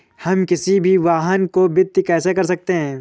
हम किसी भी वाहन को वित्त कैसे कर सकते हैं?